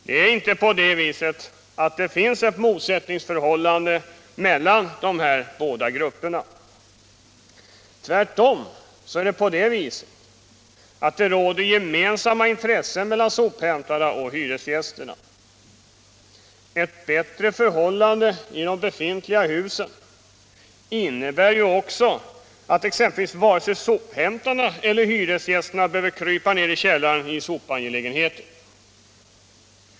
Det är inte på det viset att det finns ett motsatsförhållande mellan dessa båda grupper. Tvärtom är det på det viset att det råder gemensamma intressen mellan sophämtarna och hyresgästerna. Ett bättre förhållande i befintliga hus innebär ju exempelvis att varken sophämtarna eller hyresgästerna behöver krypa ned i källaren i sopangelägenheter.